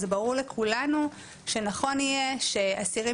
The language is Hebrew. זה ברור לכולנו שנכון יהיה שאסירים